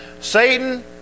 Satan